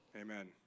Amen